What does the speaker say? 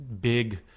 big